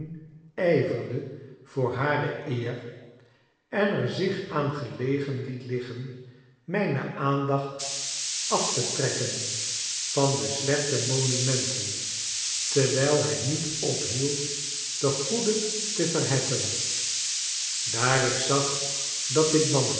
ijverde voor hare eer en er zich aan gelegen liet liggen mijne aandacht af te trekken van de slechte monumenten terwijl hij niet ophield de goede te verheffen daar ik zag dat dit